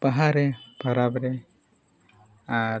ᱵᱟᱦᱟ ᱨᱮ ᱯᱟᱨᱟᱵᱽ ᱨᱮ ᱟᱨ